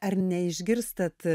ar neišgirstat